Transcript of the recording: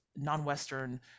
non-Western